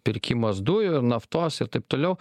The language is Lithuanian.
pirkimas dujų ir naftos ir taip toliau